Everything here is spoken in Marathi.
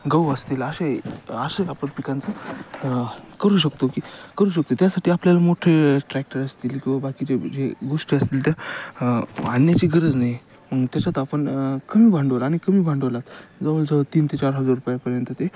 गहू असतील असे असे आपण पिकांचं करू शकतो की करू शकतो त्यासाठी आपल्याला मोठे ट्रॅक्टर असतील किंवा बाकीचे जे गोष्टी असतील त्या आणण्याची गरज नाही त्याच्यात आपण कमी भांडवल आणि कमी भांडवलात जवळजवळ तीन ते चार हजार रुपयापर्यंत ते